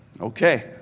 Okay